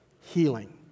healing